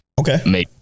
Okay